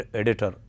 editor